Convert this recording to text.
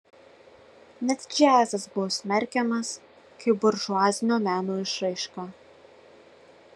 net džiazas buvo smerkiamas kaip buržuazinio meno išraiška